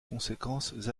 conséquences